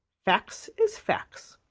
facts is facts.